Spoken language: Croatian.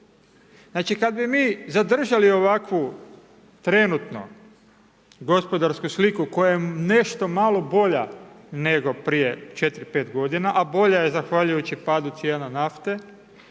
Znači, kad bi mi zadržali ovakvu trenutno gospodarsku sliku koja je nešto malo bolja nego prije 4, 5 godina, a bolja je zahvaljujući padu cijena nafte,